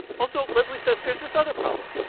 also, leslie says, there's this other problem.